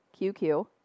QQ